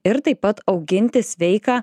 ir taip pat auginti sveiką